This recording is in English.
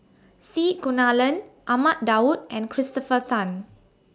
C Kunalan Ahmad Daud and Christopher Tan